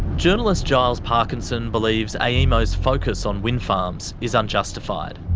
journalist giles parkinson believes aemo's focus on wind farms is unjustified.